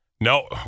No